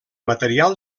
material